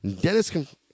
Dennis